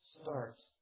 starts